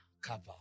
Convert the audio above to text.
cover